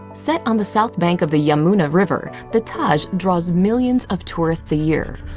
set on the south bank of the yamuna river, the taj draws millions of tourists a year.